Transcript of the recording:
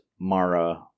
Mara